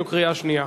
זו קריאה שנייה.